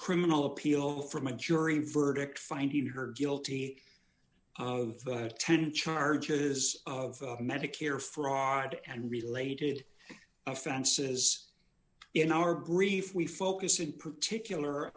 criminal appeal from a jury verdict find her guilty of ten charges of medicare fraud and related offenses in our grief we focus in particular